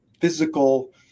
Physical